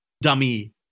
dummy